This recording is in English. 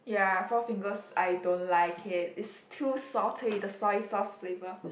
ya Four-Fingers I don't like it it's too salty the soy sauce flavour